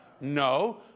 No